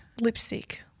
Lipstick